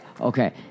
okay